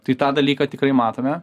tai tą dalyką tikrai matome